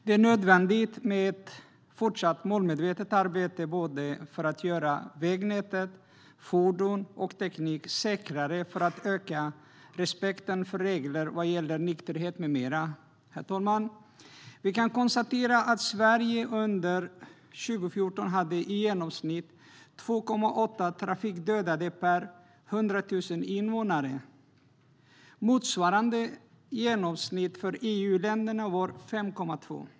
Det är nödvändigt med ett fortsatt målmedvetet arbete både för att göra vägnätet, fordon och teknik säkrare och för att öka respekten för regler vad gäller nykterhet med mera. Herr talman! Vi kan konstatera att Sverige under 2014 hade i genomsnitt 2,8 trafikdödade per 100 000 invånare. Motsvarande genomsnitt för EU-länderna var 5,2.